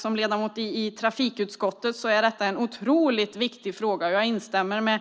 Som ledamot i trafikutskottet vet jag att detta är en otroligt viktig fråga, och jag instämmer